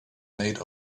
made